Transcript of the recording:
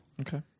Okay